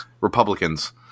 Republicans